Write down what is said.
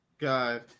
God